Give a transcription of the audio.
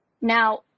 Now